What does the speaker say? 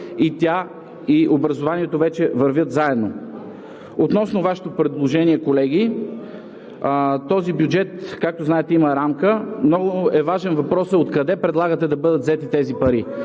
И тя, и образованието вече вървят заедно. Относно Вашето предложение, колеги. Този бюджет, както знаете, има рамка. Много е важен въпросът откъде предлагате да бъдат взети тези пари?